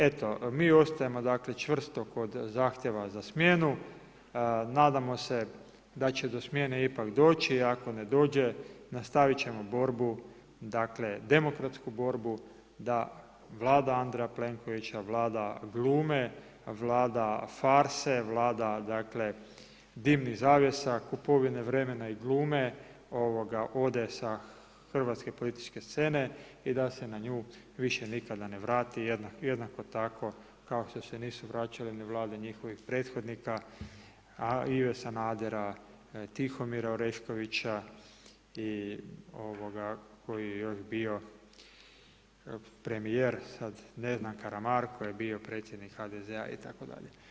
Eto, mi ostajemo dakle čvrsto kod zahtjeva za smjenu, nadamo se da će do smjene ipak doći, ako ne dođe nastavit ćemo borbu, dakle demokratsku borbu da Vlada Andreja Plenkovića, Vlada glume, Vlada farse, Vlada dakle dimnih zavjesa, kupovine vremena i glume ovoga ode sa Hrvatske političke scene i da se na nju više nikada ne vrati jednako tako kao što se nisu vraćale ni Vlade njihovih prethodnika, a Ive Sanadera, Tihomira Oreškovića i ovoga koji je još bio Premijer sad ne znam Karamarko je bio predsjednik HDZ-a itd.